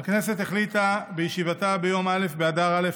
הכנסת החליטה בישיבתה ביום א' באדר א'